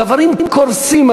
דוורים קורסים.